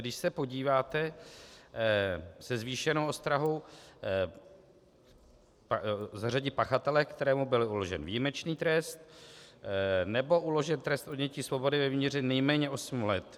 Když se podíváte se zvýšenou ostrahou zařadit pachatele, kterému byl uložen výjimečný trest nebo uložen trest odnětí svobody ve výměře nejméně osm let...